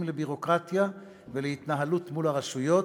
לביורוקרטיה ולהתנהלות מול הרשויות.